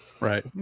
Right